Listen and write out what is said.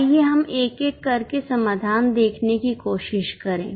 आइए हम एक एक करके समाधान देखने की कोशिश करें